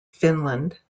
finland